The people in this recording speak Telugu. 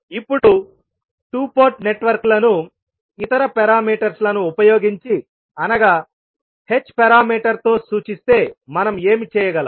ఇప్పుడు 2 పోర్ట్ నెట్వర్క్లను ఇతర పారామీటర్స్ లను ఉపయోగించి అనగా h పారామీటర్ తో సూచిస్తే మనం ఏమి చేయగలం